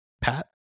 pat